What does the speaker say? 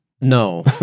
No